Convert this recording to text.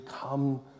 come